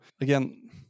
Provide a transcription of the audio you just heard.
Again